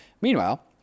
Meanwhile